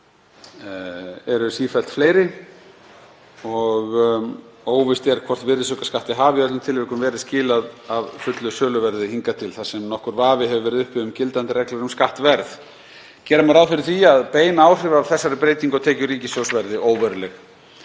verða sífellt fleiri og óvíst er hvort virðisaukaskatti hafi í öllum tilvikum verið skilað af fullu söluverði hingað til þar sem nokkur vafi hefur verið uppi um gildandi reglur um skattverð. Gera má ráð fyrir því að bein áhrif af þessari breytingu á tekjur ríkissjóðs verði óveruleg.